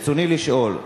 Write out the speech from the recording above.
רצוני לשאול: